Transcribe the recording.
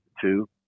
two